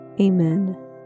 Amen